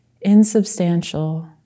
insubstantial